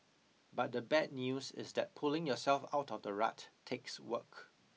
but the bad news is that pulling yourself out of the rut takes work